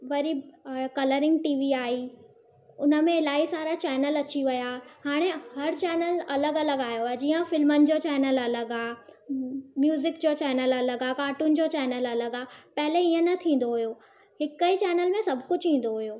वरी colouring TV आई उन में इलाही सारा चैनल अची विया हाणे हर चैनल अलॻि अलॻि आयो आहे जीअं फ़िल्मुनि जो चैनल अलॻि आहे म्यूज़िक जो चैनल अलॻि आहे काटून जो चैनल अलॻि आहे पहले ईअं न थींदो हुयो हिकु ई चैनल में सभु कुझु ईंदो हुयो